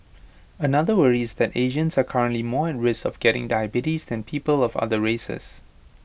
another worry is that Asians are currently more at risk of getting diabetes than people of other races